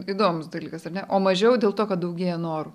įdomus dalykas ar ne o mažiau dėl to kad daugėja norų